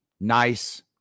nice